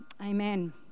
Amen